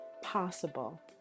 possible